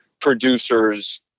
producers